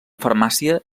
farmàcia